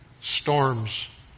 storms